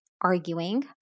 arguing